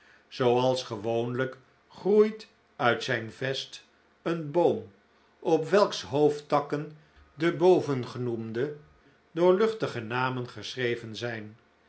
zooals gewoonlijk groeit uit zijn vest een boom op welks hoofdtakken de bovengenoemde doorluchtige namen geschreven zijn